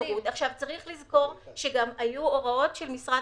צריך לזכור שהיו הוראות של משרד